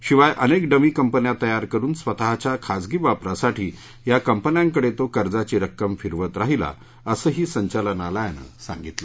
शिवाय अनेक डमी कंपन्या तयार करुन स्वतःच्या खाजगी वापरासाठी या कंपन्यांकडे तो कर्जाची रक्कम फिरवत राहीला असंही संचालनालयानं सांगितलं